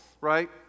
right